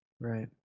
Right